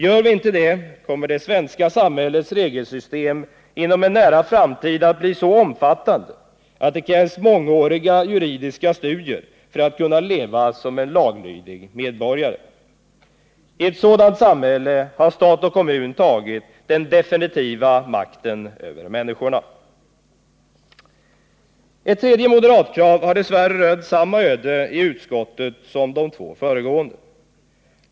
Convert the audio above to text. Gör vi inte det kommer det svenska samhällets regelsystem inom en nära framtid att bli så omfattande att det krävs mångåriga juridiska studier för att kunna leva som en laglydig medborgare. I ett sådant samhälle har stat och kommun tagit den definitiva makten över människorna. Ett tredje moderatkrav har dess värre rönt samma öde i utskottet som de två föregående.